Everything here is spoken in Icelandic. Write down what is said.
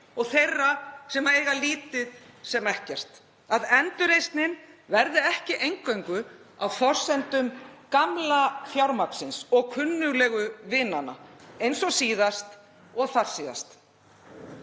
og þeirra sem eiga lítið sem ekkert. Að endurreisnin verði ekki eingöngu á forsendum gamla fjármagnsins og kunnuglegu vinanna. Eins og síðast, og þarsíðast.